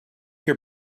your